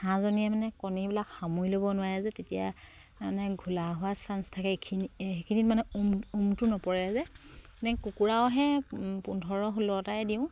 হাঁহজনীয়ে মানে কণীবিলাক সামৰি ল'ব নোৱাৰে যে তেতিয়া মানে ঘোলা হোৱা চান্স থাকে এইখিনি সেইখিনিত মানে উমটো নপৰে যে মানে কুকুৰাহে পোন্ধৰ ষোল্লটাই দিওঁ